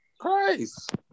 Christ